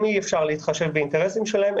אם אי אפשר להתחשב באינטרסים שלהם,